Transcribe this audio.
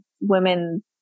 women